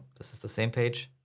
this is the same page,